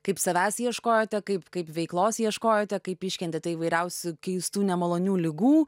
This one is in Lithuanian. kaip savęs ieškojote kaip kaip veiklos ieškojote kaip iškentėte įvairiausių keistų nemalonių ligų